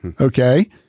Okay